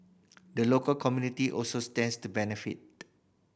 the local community also stands to benefit